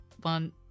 one